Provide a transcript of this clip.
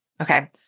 Okay